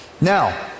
Now